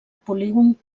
polígon